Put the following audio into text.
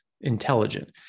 intelligent